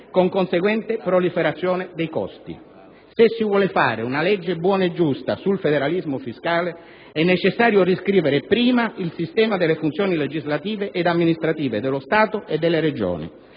con conseguente proliferazione dei costi. Se si vuole fare una legge buona e giusta sul federalismo fiscale è necessario riscrivere prima il sistema delle funzioni legislative ed amministrative dello Stato e delle Regioni,